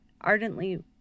ardently